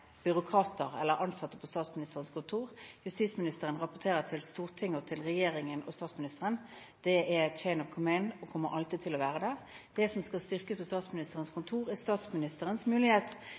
byråkrater eller ansatte på Statsministerens kontor. Justis- og beredskapsministeren rapporterer til Stortinget og til regjeringen og statsministeren. Det er «chain of command» og kommer alltid til å være det. Det som skal styrkes på Statsministerens kontor, er statsministerens mulighet